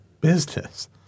business